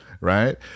right